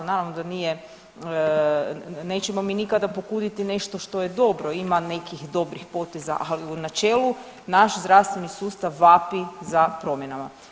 Naravno da nije, nećemo mi nikada pokuditi nešto što je dobro, ima nekih dobrih poteza, ali u načelu naš zdravstveni sustav vapi za promjenama.